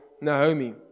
Naomi